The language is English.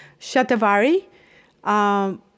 Shatavari